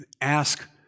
ask